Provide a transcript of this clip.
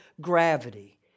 gravity